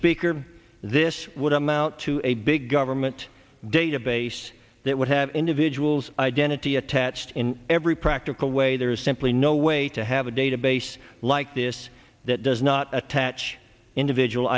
speaker this would amount to a big government database that would have individuals identity attached in every practical way there is simply no way to have a database like this that does not attach individual